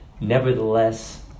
nevertheless